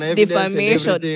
defamation